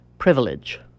Privilege